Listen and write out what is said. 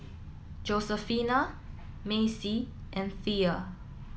Josefina Macie and Thea